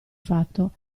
fatto